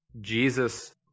Jesus